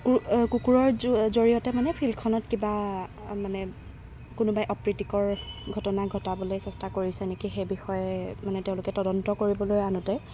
কুকুৰৰ জড়িয়তে মানে ফিল্ডখনত কিবা মানে কোনোবাই অপ্ৰীতিকৰ ঘটনা ঘটনা ঘটাবলৈ চেষ্টা কৰিছে নেকি সেই বিষয়ে মানে তেওঁলোকে তদন্ত কৰিবলৈ আনোঁতে